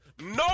No